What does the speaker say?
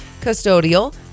custodial